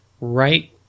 right